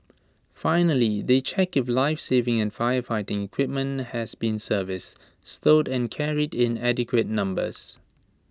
finally they check if lifesaving and firefighting equipment has been serviced stowed and carried in adequate numbers